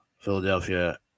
Philadelphia